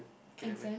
okay never mind